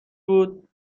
بود